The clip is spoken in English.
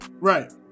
right